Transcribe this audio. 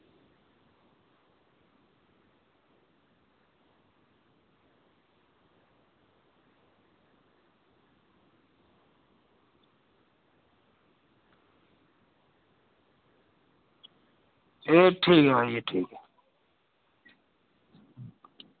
एह् ठीक ऐ भइया जी ठीक ऐ